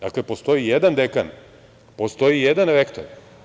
Dakle, postoji jedan dekan, postoji jedan rektor.